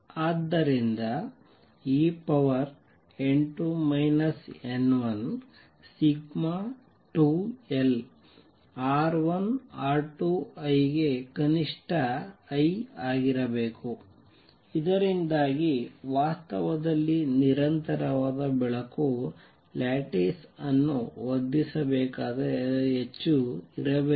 ಆದ್ದರಿಂದ en2 n1σ2lR1R2I ಕನಿಷ್ಠ I ಆಗಿರಬೇಕು ಇದರಿಂದಾಗಿ ವಾಸ್ತವದಲ್ಲಿ ನಿರಂತರವಾದ ಬೆಳಕು ಲ್ಯಾಟಿಸ್ ಅನ್ನು ವರ್ಧಿಸಬೇಕಾದರೆ ಅದು ಹೆಚ್ಚು ಇರಬೇಕು